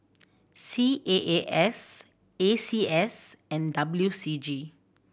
C A A S A C S and W C G